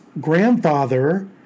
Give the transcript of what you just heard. grandfather